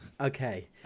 okay